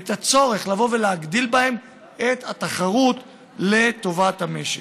את הצורך להגדיל בהם את התחרות לטובת המשק.